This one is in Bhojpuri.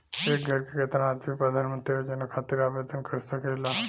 एक घर के केतना आदमी प्रधानमंत्री योजना खातिर आवेदन कर सकेला?